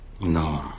No